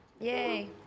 Yay